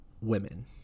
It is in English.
women